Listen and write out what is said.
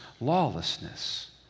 lawlessness